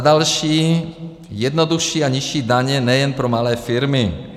Za další, jednodušší a nižší daně nejen pro malé firmy.